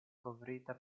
kovrita